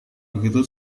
begitu